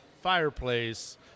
fireplace